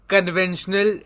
Conventional